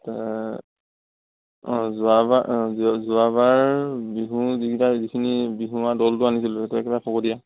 অঁ যোৱাবাৰ অঁ যোৱাবাৰ বিহু যিকেইটা যিখিনি বিহুৱা দলটো আনিছিলোঁ সেইটো একেবাৰে ফকটীয়া